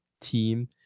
team